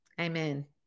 Amen